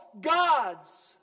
gods